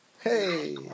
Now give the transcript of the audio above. Hey